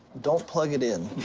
don't plug it in.